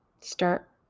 Start